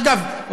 אגב,